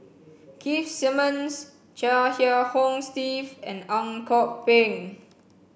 Keith Simmons Chia Kiah Hong Steve and Ang Kok Peng